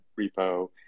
repo